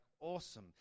awesome